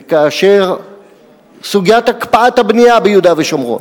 וכאשר סוגיית הקפאת הבנייה ביהודה ושומרון,